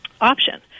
option